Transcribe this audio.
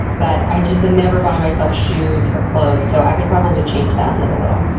that i just never buy myself shoes or clothes, so i could probably change that and live a little.